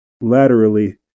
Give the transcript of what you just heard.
laterally